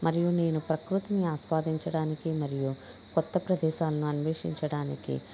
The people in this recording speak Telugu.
మరియు నేను ప్రకృతిని ఆస్వాదించడానికి మరియు కొత్త ప్రదేశాలను అన్వేషించడానికి